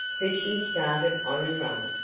for she started on a run,